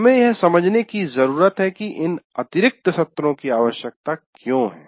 हमें यह समझने की जरूरत है कि इन अतिरिक्त सत्रों की आवश्यकता क्यों है